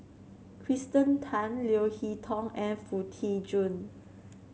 Kirsten Tan Leo Hee Tong and Foo Tee Jun